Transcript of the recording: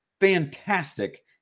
fantastic